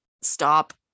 stop